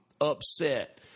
upset